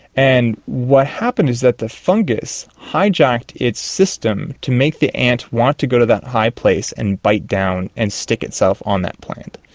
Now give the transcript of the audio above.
and what happened is that the fungus hijacked its system to make the ant want to go to that high place and bite down and stick itself on that plant.